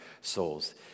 souls